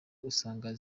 usanga